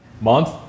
month